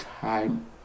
time